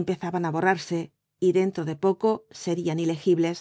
empezaban á borrarse y dentro de poco serían ilegibles